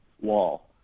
wall